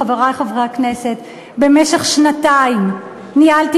חברי חברי הכנסת: במשך שנתיים ניהלתי